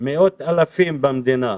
מאות אלפים במדינה,